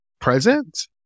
present